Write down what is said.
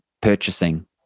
purchasing